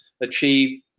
achieve